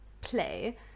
play